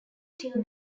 still